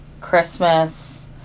Christmas